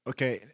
Okay